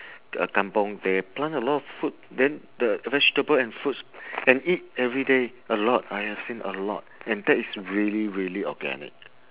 uh kampung they plant a lot food then the the vegetables and fruits and eat everyday a lot I have seen a lot and that is really really organic